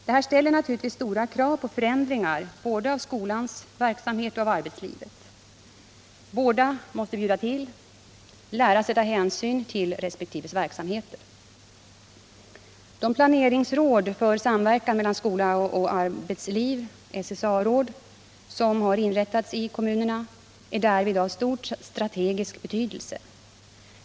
Detta ställer naturligtvis stora krav på förändring både av skolans verksamhet och av arbetslivet. På båda områdena måste man bjuda till, lära sig att ta hänsyn till resp. verksamheter. De planeringsråd för samverkan mellan skola och arbetsliv — SSA-råd —- som inrättats i kommunerna är därvid av stor strategisk betydelse.